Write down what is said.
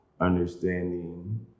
understanding